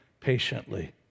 patiently